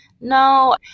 no